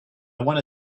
want